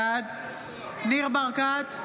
בעד ניר ברקת,